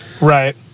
right